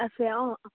আছে অঁ